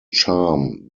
charm